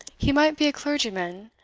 he might be a clergyman,